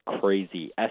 crazy